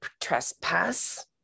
trespass